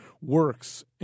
works